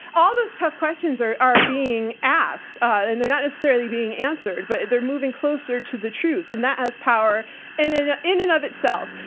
all those tough questions are are being asked and they're not necessarily being answered, but they're moving closer to the truth. and that has power and in in and of itself.